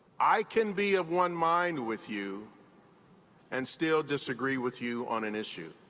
i can be of one mind with you and still disagree with you on an issue.